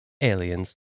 aliens